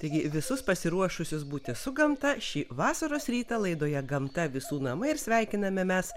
taigi visus pasiruošusius būti su gamta šį vasaros rytą laidoje gamta visų namai ir sveikiname mes